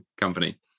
company